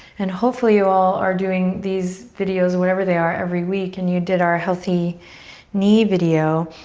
and hopefully you all are doing these videos wherever they are every week and you did our healthy knee video.